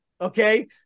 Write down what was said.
okay